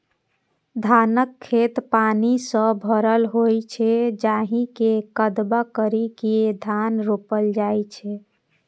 धानक खेत पानि सं भरल होइ छै, जाहि मे कदबा करि के धान रोपल जाइ छै